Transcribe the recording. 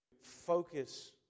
focus